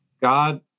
God